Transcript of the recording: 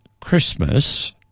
Christmas